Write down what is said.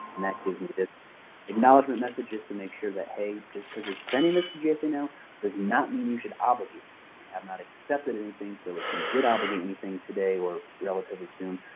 that gives me this acknowledgement message just to make sure that hey, just because you're sending this to gsa now does not mean you should obligate anything. and we have not accepted anything. so if you did obligate anything today, or relatively soon,